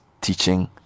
teaching